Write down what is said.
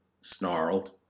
snarled